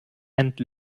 and